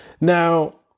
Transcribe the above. Now